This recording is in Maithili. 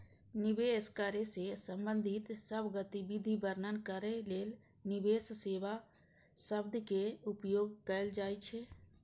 निवेश करै सं संबंधित सब गतिविधि वर्णन करै लेल निवेश सेवा शब्दक उपयोग कैल जाइ छै